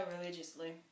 religiously